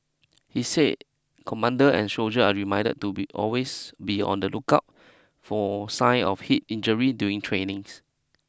he said commander and soldier are reminded to be always be on the lookout for signs of heat injury during trainings